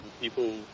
people